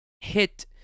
hit